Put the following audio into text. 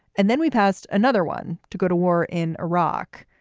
and then we passed another one to go to war in iraq.